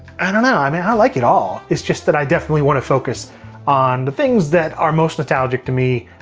i don't know, i mean i like it all. it's just that i definitely want to focus on the things that are most nostalgic to me,